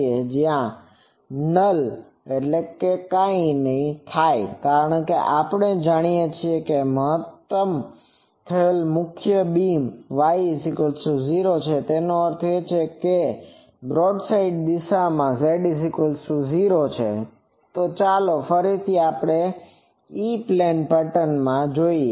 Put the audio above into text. તેથી જ્યાં નલ થાય છે કારણ કે આપણે જાણીએ છીએ કે મહત્તમ થયેલ મુખ્ય બીમ Y0 છે તેનો અર્થ એ કે બ્રોડસાઇડ દિશામાં Z0 છે તો ચાલો ફરીથી ઇ પ્લેન પેટર્ન માં જોઈએ